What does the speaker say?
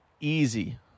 easy